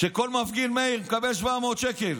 שכל מפגין, מאיר, מקבל 700 שקל.